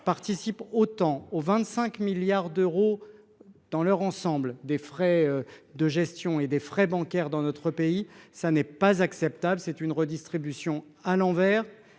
participe autant au 25 milliards d'euros dans leur ensemble des frais de gestion et des frais bancaires dans notre pays. Ça n'est pas acceptable, c'est une redistribution à l'envers.